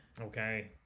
okay